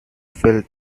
felt